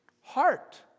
heart